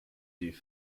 die